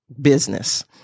business